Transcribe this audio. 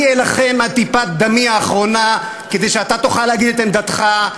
אני אלחם עד טיפת דמי האחרונה כדי שאתה תוכל להגיד את עמדתך,